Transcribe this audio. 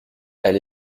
elle